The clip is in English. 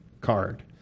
card